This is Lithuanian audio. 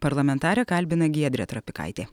parlamentarę kalbina giedrė trapikaitė